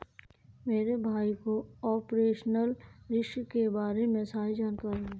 मेरे भाई को ऑपरेशनल रिस्क के बारे में सारी जानकारी है